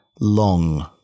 long